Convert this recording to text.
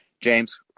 James